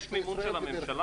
יש מימון של הממשלה?